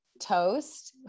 toast